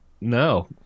No